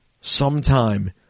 sometime